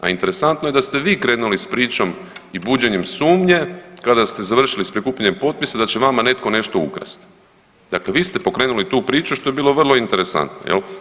A interesantno je da ste vi krenuli s pričom i buđenjem sumnje kada ste završili s prikupljanjem potpisa da će vama netko nešto ukrasti, dakle vi ste pokrenuli tu priču, što je bilo vrlo interesantno, jel.